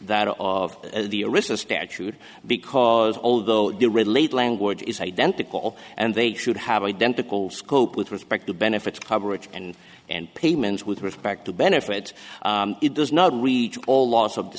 that of the original statute because although the relate language is identical and they should have identical scope with respect to benefits coverage and and payments with respect to benefits it does not reach all laws of the